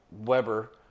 Weber